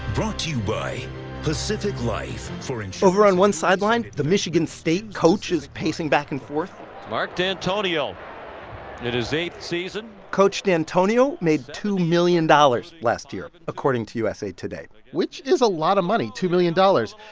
brought to you by pacific life. over on one sideline, the michigan state coach is pacing back and forth mark dantonio in his eighth season coach dantonio made two million dollars last year, according to usa today which is a lot of money, two million dollars,